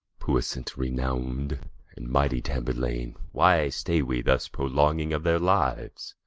puissant, renowm'd, and mighty tamburlaine, why stay we thus prolonging of their lives?